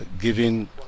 giving